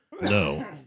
No